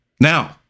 Now